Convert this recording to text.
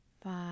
five